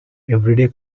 everyday